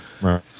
Right